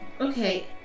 Okay